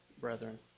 brethren